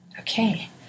Okay